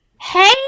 Hey